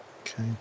Okay